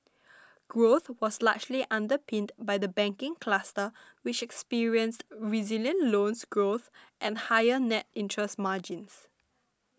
growth was largely underpinned by the banking cluster which experienced resilient loans growth and higher net interest margins